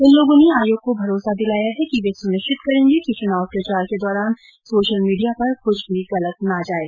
इन लोगों ने आयोग को भरोसा दिलाया है कि वे सुनिश्चित करेंगे कि चुनाव प्रचार के दौरान सोशल मीडिया पर कृछ भी गलत नहीं जाये